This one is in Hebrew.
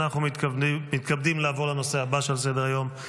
אנחנו מתכבדים לעבור לנושא הבא שעל סדר-היום,